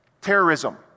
terrorism